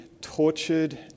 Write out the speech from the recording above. tortured